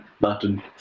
button